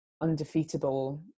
undefeatable